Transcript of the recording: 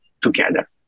together